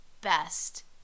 best